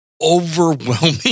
overwhelming